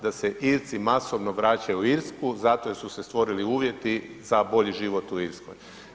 Da se Irci masovno vraćaju u Irsku zato jer su se stvorili uvjeti za bolji život u Irskoj.